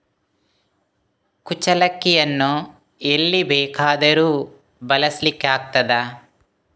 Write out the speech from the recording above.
ಕುಚ್ಚಲಕ್ಕಿಯನ್ನು ಎಲ್ಲಿ ಬೇಕಾದರೂ ಬೆಳೆಸ್ಲಿಕ್ಕೆ ಆಗ್ತದ?